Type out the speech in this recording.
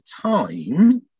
time